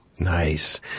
Nice